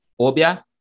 obia